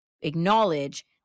acknowledge